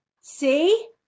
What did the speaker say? see